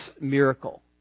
miracle